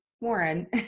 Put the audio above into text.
Warren